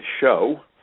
show